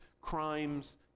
crimes